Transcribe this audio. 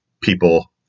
people